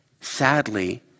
sadly